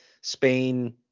Spain